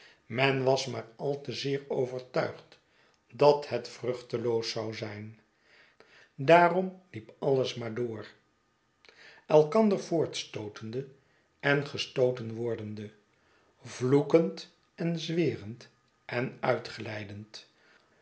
men was maar al te zeer overtuigd dat het vruchteloos zou zijn daarom liep alles maar door elkander voortstootende en gestooten wordende vloekend en zwerend en uitglijdend